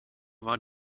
war